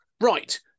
Right